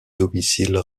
domicile